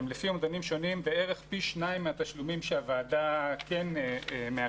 הם לפי אומדנים שונים בערך פי 2 מהתשלומים שהוועדה כן מאשרת.